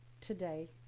today